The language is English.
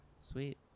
Sweet